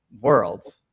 world